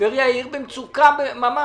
טבריה היא עיר במצוקה ממש.